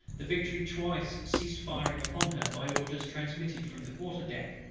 the victory twice ceased firing upon her, by orders transmitted from the quarter-deck.